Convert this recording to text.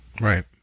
Right